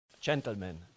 Gentlemen